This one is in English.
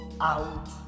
out